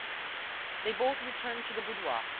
they both returned to the boudoir,